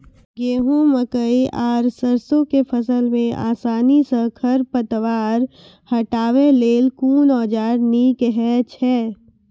गेहूँ, मकई आर सरसो के फसल मे आसानी सॅ खर पतवार हटावै लेल कून औजार नीक है छै?